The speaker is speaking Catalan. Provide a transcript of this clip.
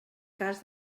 cas